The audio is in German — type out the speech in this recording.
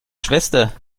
schwester